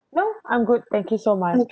no I'm good thank you so much